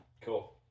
Cool